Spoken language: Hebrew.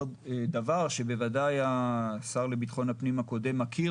דבר שבוודאי השר לביטחון הפנים הקודם מכיר